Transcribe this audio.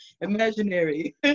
imaginary